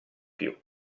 più